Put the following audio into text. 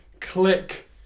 click